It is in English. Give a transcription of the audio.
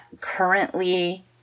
currently